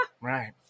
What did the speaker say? Right